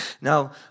Now